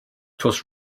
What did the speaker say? thus